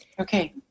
Okay